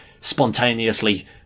spontaneously